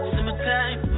Summertime